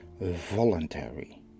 voluntary